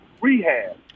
rehab